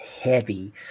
heavy